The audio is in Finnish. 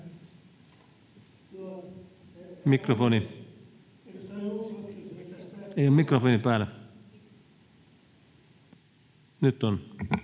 Mikrofoni. Ei ole mikrofoni päällä. — Nyt on.